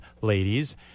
ladies